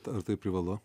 ar tai privalu